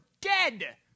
dead